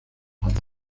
ati